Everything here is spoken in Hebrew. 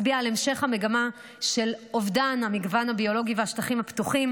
מצביע על המשך המגמה של אובדן המגוון הביולוגי והשטחים הפתוחים,